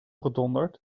gedonderd